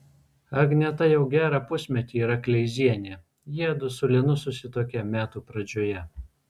agneta jau gerą pusmetį yra kleizienė jiedu su linu susituokė metų pradžioje